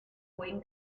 buen